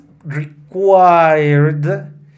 required